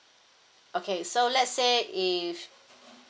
okay so let's say if